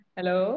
Hello